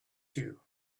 you